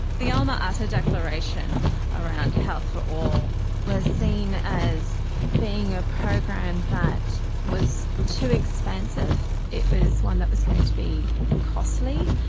the alma-ata declaration around health for all was seen as being a program that was too expansive. it was one that was going to be costly,